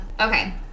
Okay